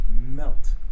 Melt